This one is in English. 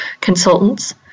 consultants